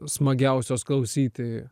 smagiausios klausyti